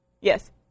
Yes